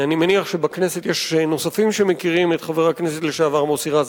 אני מניח שבכנסת יש נוספים שמכירים את חבר הכנסת לשעבר מוסי רז.